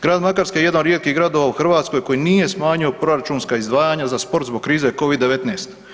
Grad Makarska je jedan od rijetkih gradova u Hrvatskoj koji nije smanjio proračunska izdvajanja za sport zbog krize Covid-19.